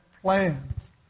plans